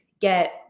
get